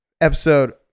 episode